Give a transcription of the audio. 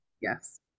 Yes